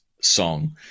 song